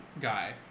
guy